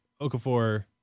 Okafor